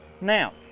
Now